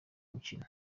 mukino